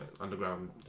underground